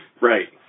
Right